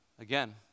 Again